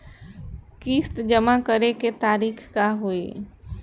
किस्त जमा करे के तारीख का होई?